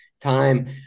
time